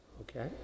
Okay